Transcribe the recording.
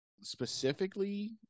specifically